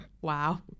Wow